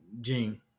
gene